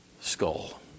skull